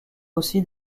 aussi